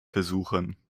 versuchen